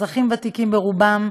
אזרחים ותיקים ברובם,